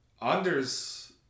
Anders